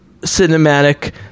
cinematic